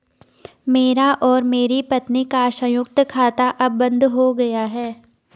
मेरा और मेरी पत्नी का संयुक्त खाता अब बंद हो गया है